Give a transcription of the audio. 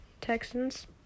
Texans